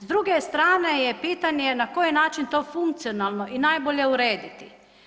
S druge strane je pitanje na koji način je to funkcionalno i najbolje urediti.